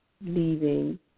leaving